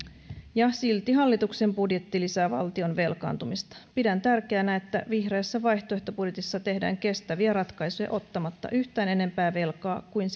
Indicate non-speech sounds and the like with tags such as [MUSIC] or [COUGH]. ja silti hallituksen budjetti lisää valtion velkaantumista pidän tärkeänä että vihreässä vaihtoehtobudjetissa tehdään kestäviä ratkaisuja ottamatta yhtään enempää velkaa kuin [UNINTELLIGIBLE]